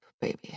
baby